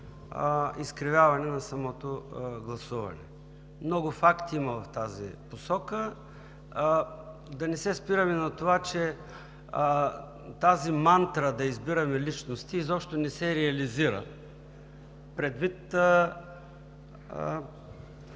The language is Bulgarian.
изкривяване на самото гласуване. Много факти има в тази посока. Да не се спираме на това, че тази мантра да избираме личности изобщо не се реализира предвид